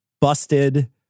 busted